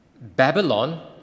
Babylon